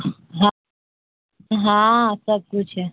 ہاں ہاں سب کچھ ہے